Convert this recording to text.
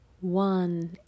one